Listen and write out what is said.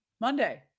Monday